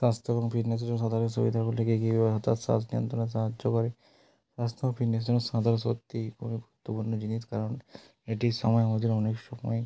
স্বাস্থ্য এবং ফিটনেসের জন্য সাঁতারের সুবিধাগুলি কী কীভাবে তা শ্বাস নিয়ন্ত্রণে সাহায্য করে স্বাস্থ্য ও ফিটনেসের জন্য সাঁতার সত্যিই খুব গুরুত্বপূর্ণ জিনিস কারণ এটির সমায় আমাদের আমাদের অনেক